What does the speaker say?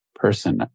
Person